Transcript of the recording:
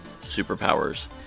superpowers